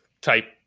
type